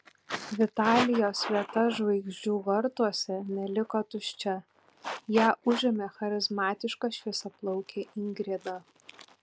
vitalijos vieta žvaigždžių vartuose neliko tuščia ją užėmė charizmatiška šviesiaplaukė ingrida